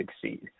succeed